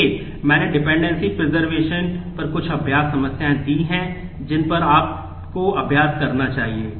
इसलिए मैंने dependency preservation पर कुछ अभ्यास समस्याएं दी हैं जिन पर आपको अभ्यास करना चाहिए